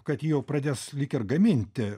kad jau pradės lyg ir gaminti